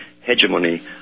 hegemony